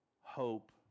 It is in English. hope